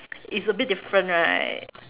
it's a bit different right